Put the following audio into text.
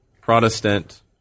Protestant